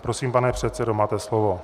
Prosím, pane předsedo, máte slovo.